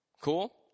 Cool